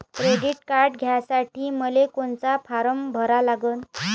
Credit card घ्यासाठी मले कोनचा फारम भरा लागन?